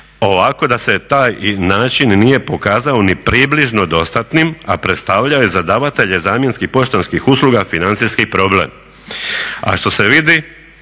da se taj način nije pokazao ni približno dostatnim, a predstavljao je za davatelje zamjenskih poštanskih usluga financijski problem. A što se vidi